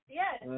yes